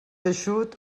eixut